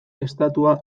estatua